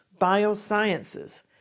biosciences